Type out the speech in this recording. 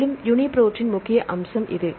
மேலும் யுனிப்ரோட்டின் முக்கிய அம்சம் இது